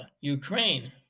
Ukraine